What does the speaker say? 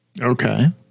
okay